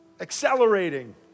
accelerating